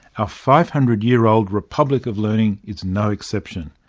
our five hundred year old republic of learning is no exception.